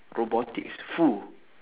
robotics !fuh!